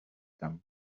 them